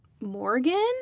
Morgan